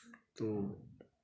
तो